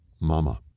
Mama